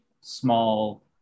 small